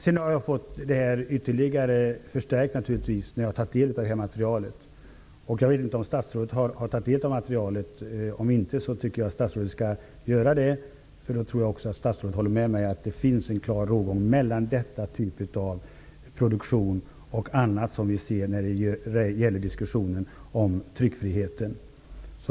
Sedan har jag fått detta ytterligare förstärkt när jag har tagit del av det här materialet. Jag vet inte om statsrådet har tagit del av materialet. Om så inte är fallet, tycker jag att statsrådet skall göra det. Då tror jag att statsrådet håller med mig om att det finns en klar rågång mellan denna typ av produktion och annat som vi ser när det gäller diskussionen om tryckfriheten.